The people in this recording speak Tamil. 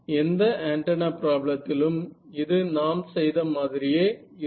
எந்த ஆண்டனா ப்ராபளத்திலும் இது நாம் செய்த மாதிரியே இருக்கும்